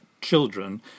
children